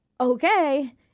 okay